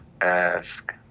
ask